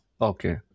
Okay